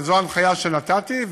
וזו הנחיה שנתתי,